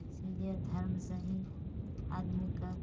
इसीलिए धर्मसँ ही आदमीके